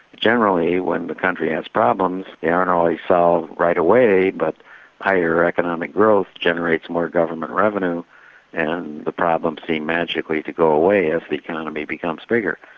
generally, when the country has problems they aren't always solved right away, but higher economic growth generates more government revenue and the problems seem magically to go away as the economy becomes bigger.